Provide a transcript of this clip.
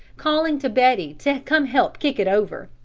calling to betty to come help kick it over.